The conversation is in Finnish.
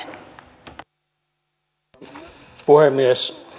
arvoisa puhemies